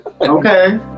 Okay